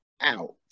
out